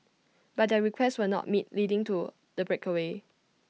but their requests were not met leading to the breakaway